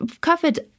covered